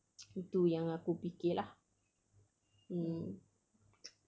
tu yang aku fikir lah mm